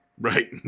right